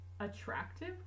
Attractive